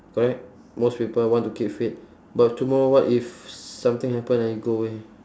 correct most people want to keep fit but tomorrow what if something happen and you go away